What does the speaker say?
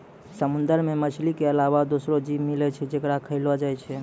समुंदर मे मछली के अलावा दोसरो जीव मिलै छै जेकरा खयलो जाय छै